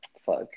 fuck